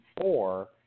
four